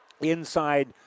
inside